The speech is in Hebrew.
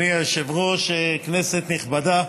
אדוני היושב-ראש, כנסת נכבדה,